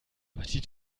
appetit